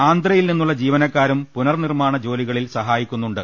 ആന്ധ്രയിൽ നിന്നുള്ള ജീവ നക്കാരും പുനർനിർമാണ ജോലികളിൽ സഹായിക്കുന്നുണ്ട്